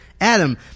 Adam